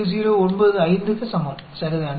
095 க்கு சமம் சரிதானே